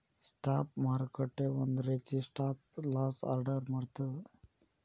stop ಮಾರುಕಟ್ಟೆ ಒಂದ ರೇತಿ ಸ್ಟಾಪ್ ಲಾಸ್ ಆರ್ಡರ್ ಮಾಡ್ತದ